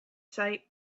sight